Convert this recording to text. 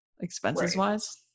expenses-wise